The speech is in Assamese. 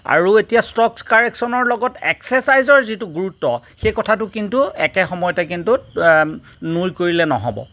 আৰু এতিয়া ষ্ট্ৰকচ কাৰেকশ্যনৰ লগত এক্সেচাইজৰ যিটো গুৰুত্ব সেই কথাটো কিন্তু একেসময়তে কিন্তু নুই কৰিলে নহ'ব